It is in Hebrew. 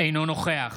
אינו נוכח